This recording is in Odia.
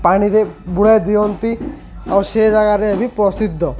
ପାଣିରେ ବୁଡ଼ା ଦିଅନ୍ତି ଆଉ ସେ ଜାଗାରେ ଆମେ ପ୍ରସିଦ୍ଧ